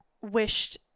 wished